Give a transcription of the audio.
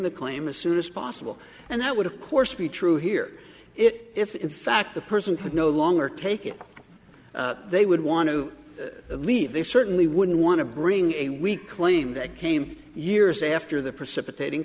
the claim as soon as possible and that would of course be true here if in fact the person could no longer take it they would want to leave they certainly wouldn't want to bring a weak claim that came years after the precipitating